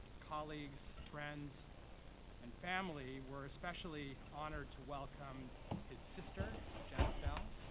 colleagues, friends and family were especially honored to welcome his sister janet bell.